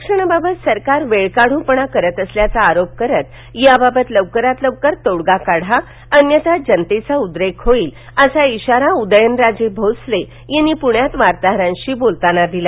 आरक्षणाबाबत सरकार वेळकाढ्रपणा करत असल्याचा आरोप करत याबाबत लवकरात लवकर तोडगा काढा अन्यथा जनतेचा उद्रेक होईल असा इशारा उदयनराजे भोसले यांनी पुण्यात वार्ताहरांशी बोलताना दिला